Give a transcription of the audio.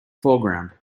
foreground